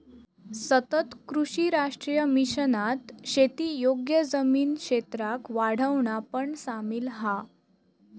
सतत कृषी राष्ट्रीय मिशनात शेती योग्य जमीन क्षेत्राक वाढवणा पण सामिल हा